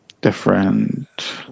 different